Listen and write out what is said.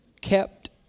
kept